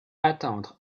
attendre